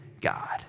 God